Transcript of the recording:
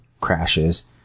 crashes